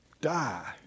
die